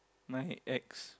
my ex